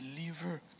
Deliver